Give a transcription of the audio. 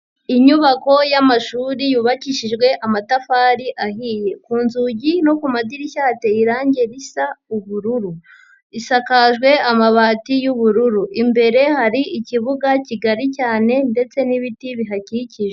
Inyubako y'amashuri yubakishijwe amatafari ahiye, ku nzugi no ku madirishya hateye irangi risa ubururu, isakajwe amabati y'ubururu imbere hari ikibuga kigari cyane ndetse n'ibiti bihakikije.